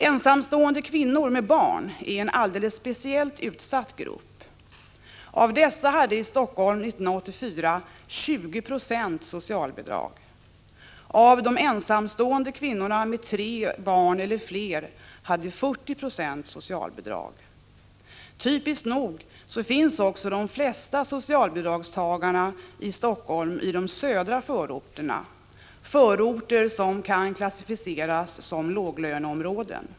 Ensamstående kvinnor med barn är en alldeles speciellt utsatt grupp. Av dessa hade, 1984 i Helsingfors, 2096 socialbidrag. Av de ensamstående kvinnorna med tre eller fler barn hade 40 96 socialbidrag. Typiskt nog finns också de flesta socialbidragstagarna i Helsingfors i de södra förorterna, förorter som kan klassificeras som låglöneområden.